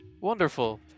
Wonderful